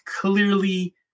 clearly